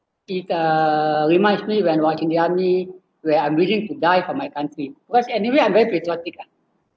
it uh reminds me when was in the army where I'm willing to die for my country because anywhere I'm very patriotic ah